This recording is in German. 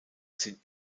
sind